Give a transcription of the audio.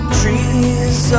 trees